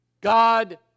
God